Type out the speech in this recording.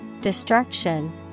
destruction